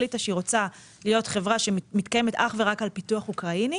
החליטה שהיא רוצה להיות חברה שמתקיימת אך ורק על פיתוח אוקראיני